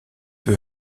peu